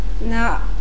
Now